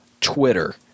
Twitter